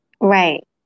Right